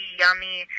yummy